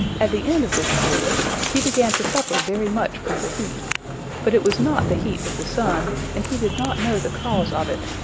at the end of this period he began to suffer very much from the heat but it was not the heat of the sun, and he did not know the cause of it,